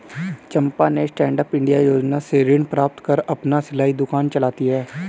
चंपा ने stand up India योजना से ऋण प्राप्त कर अपना सिलाई दुकान चलाती है